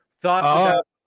thoughts